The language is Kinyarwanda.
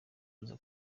kuza